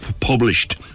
published